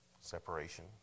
Separation